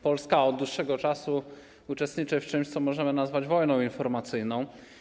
Polska od dłuższego czasu uczestniczy w czymś, co możemy nazwać wojną informacyjną.